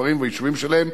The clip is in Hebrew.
בכפרים וביישובים שלהם,